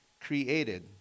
created